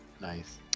Nice